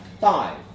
five